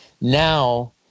Now